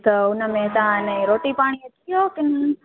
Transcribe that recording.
त उनमें तव्हां अने रोटी पाणी अची वियो की न